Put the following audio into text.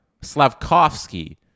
Slavkovsky